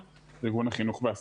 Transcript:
קללות וניכור,